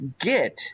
get